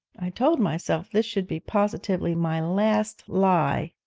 i told myself this should be positively my last lie.